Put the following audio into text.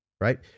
Right